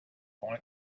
point